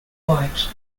white